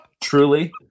Truly